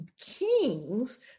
kings